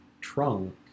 trunk